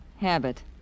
habit